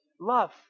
love